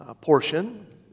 portion